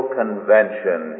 convention